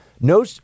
No